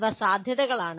ഇവ സാധ്യതകളാണ്